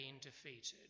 defeated